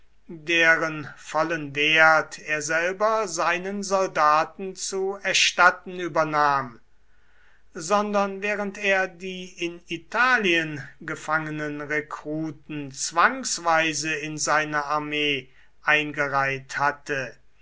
deren vollen wert er selber seinen soldaten zu erstatten übernahm sondern während er die in italien gefangenen rekruten zwangsweise in seine armee eingereiht hatte